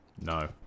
No